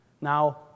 Now